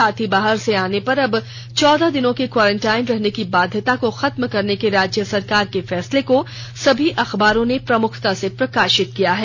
साथ ही बाहर से आने पर अब चौदह दिनों की क्वारेंटाइन रहने की बाध्यता को खत्म करने के राज्य सरकार के फैसले को सभी अखबारों ने प्रमुखता से प्रकाशित किया है